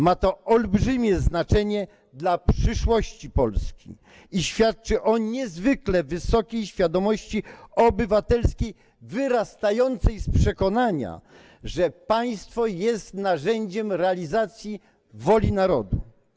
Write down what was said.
Ma to olbrzymie znaczenie dla przyszłości Polski i świadczy o niezwykle wysokiej świadomości obywatelskiej wyrastającej z przekonania, że państwo jest narzędziem realizacji woli narodu.